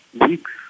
weeks